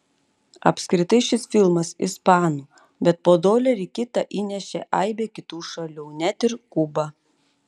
apskritai šis filmas ispanų bet po dolerį kitą įnešė aibė kitų šalių net ir kuba